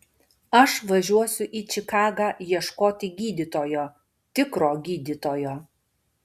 aš važiuosiu į čikagą ieškoti gydytojo tikro gydytojo